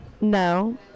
No